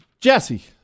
Jesse